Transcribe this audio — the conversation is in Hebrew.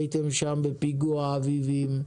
והייתם שם בפיגוע אביבים,